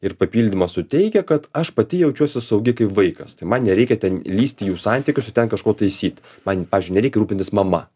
ir papildymą suteikia kad aš pati jaučiuosi saugi kaip vaikas tai man nereikia ten lįst į jų santykius ir ten kažko taisyt man pavyzdžiui nereikia rūpintis mama